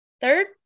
third